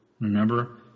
Remember